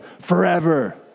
forever